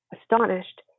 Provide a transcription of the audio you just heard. astonished